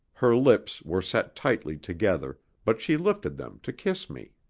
her lips were set tightly together, but she lifted them to kiss me.